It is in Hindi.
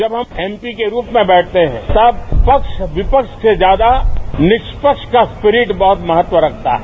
जब हम एमपी के रूप में बैठते हैं तब पक्ष विपक्ष से ज्यादा निष्पक्ष का स्प्रिट बहुत महत्व रखता है